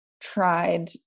tried